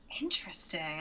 interesting